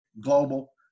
global